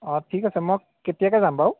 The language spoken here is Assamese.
অঁ ঠিক আছে মই কেতিয়াকৈ যাম বাৰু